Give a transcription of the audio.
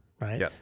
right